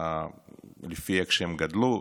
רואים לפי איך שהם גדלו,